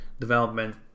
development